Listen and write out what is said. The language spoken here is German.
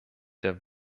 der